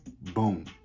boom